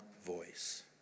voice